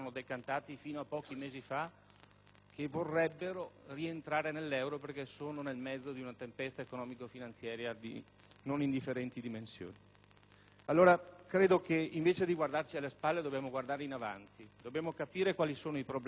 che vorrebbero entrare nell'euro perché sono nel mezzo di una tempesta economico-finanziaria di non indifferenti dimensioni. Allora, credo che invece di guardarci alle spalle dovremmo guardare in avanti, capire quali sono i problemi e amo tentare di